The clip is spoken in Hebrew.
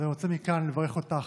אני רוצה מכאן לברך אותך,